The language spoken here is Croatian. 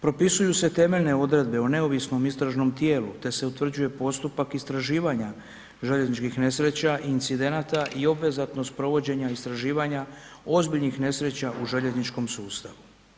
Propisuju se temeljne odredbe o neovisnom istražnom tijelu te se utvrđuje postupak istraživanja željezničkih nesreća i incidenata i obvezatnost provođenja istraživanja ozbiljnih nesreća u željezničkom sustavu.